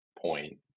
point